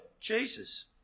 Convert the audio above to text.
Jesus